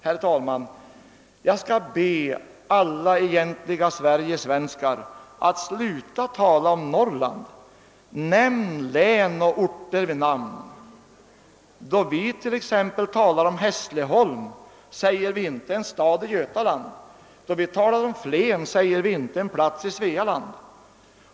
Jag skall, herr talman, be alla »egentliga-Sverige-svenskar» att sluta tala om Norrland och i stället nämna län och orter vid namn. Då vi t.ex. talar om Hässleholm säger vi inte »en stad i Götaland«. Då vi talar om Flen säger vi inte »en plats i Svealand».